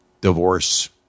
divorce